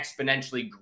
exponentially